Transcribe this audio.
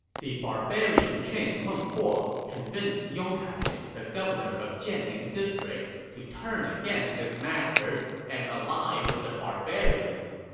the barbarian king meng huo convinced yong kai, the governor of jianning district, to turn against his masters and ally with the barbarians.